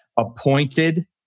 appointed